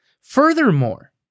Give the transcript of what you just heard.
Furthermore